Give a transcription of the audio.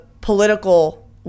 political